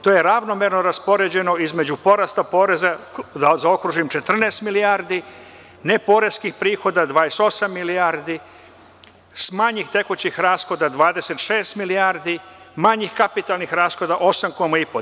To je ravnomerno raspoređeno između porasta poreza, da zaokružim, 14 milijardi, neporeskih prihoda 28 milijardi, sa manjih tekućih rashoda 26 milijardi, manjih kapitalnih rashoda 8,5.